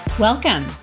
Welcome